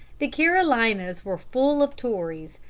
the carolinas were full of tories,